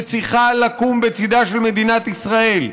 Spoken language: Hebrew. שצריכה לקום בצידה של מדינת ישראל,